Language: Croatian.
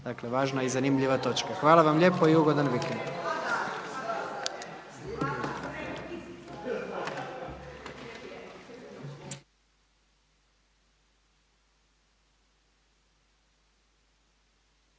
Dakle važna i zanimljiva točka. Hvala vam lijepo i ugodan vikend. **Petrov,